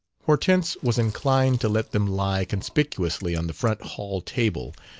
hortense was inclined to let them lie conspicuously on the front-hall table,